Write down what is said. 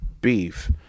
beef